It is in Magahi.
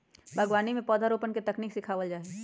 बागवानी में पौधरोपण के तकनीक सिखावल जा हई